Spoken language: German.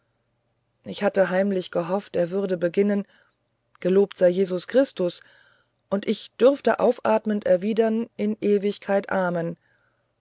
ich hatte heimlich gehofft er würde beginnen gelobt sei jesus christus und ich dürfte aufatmend erwidern in ewigkeit amen